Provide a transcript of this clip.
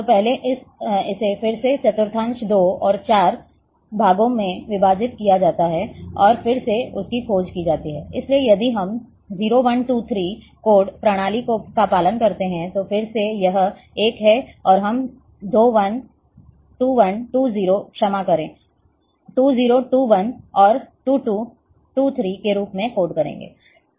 तो पहले इसे फिर से चतुर्थांश 2 को 4 भागों में विभाजित किया जाता है और फिर से उसकी खोज की जाती है इसलिए यदि हम इस 0 1 23 कोड प्रणाली का पालन करते हैं तो फिर से यह 1 है और हम 2 1 2 0 क्षमा करें 2 0 2 1 और 2 2 और 2 3 के रूप में कोड करेंगे